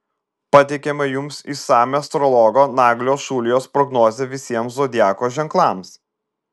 pateikiame jums išsamią astrologo naglio šulijos prognozę visiems zodiako ženklams